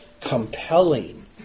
compelling